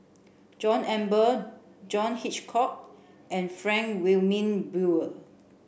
John Eber John Hitchcock and Frank Wilmin Brewer